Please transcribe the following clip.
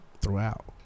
throughout